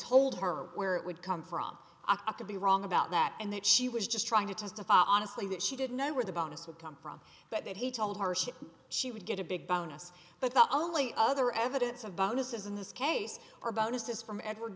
told her where it would come from i could be wrong about that and that she was just trying to testify honestly that she didn't know where the bonus would come from but that he told her she would get a big bonus but the only other evidence of bonuses in this case are bonuses from edward